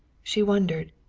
she wondered.